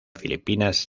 filipinas